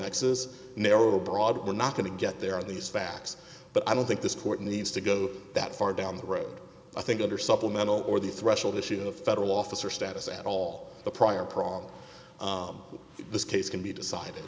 nexus narrow broad we're not going to get there on these facts but i don't think this court needs to go that far down the road i think under supplemental or the threshold issue a federal officer status at all the prior prong this case can be decided